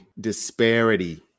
disparity